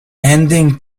ending